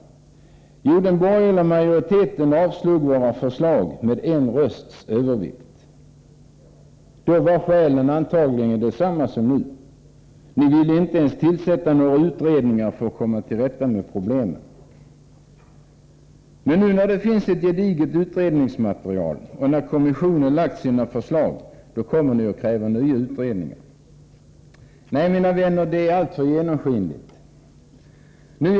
Jo, den borgerliga majoriteten avslog våra förslag med en rösts övervikt. Då var skälen antagligen desamma som nu. Ni ville inte ens tillsätta några utredningar för att komma till rätta med problemen. Men nu, när det finns ett gediget utredningsmaterial och när kommissionen lagts fram sina förslag, kommer ni och kräver nya utredningar. Nej, mina vänner, det är allt för genomskinligt.